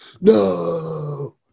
No